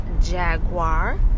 Jaguar